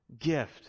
gift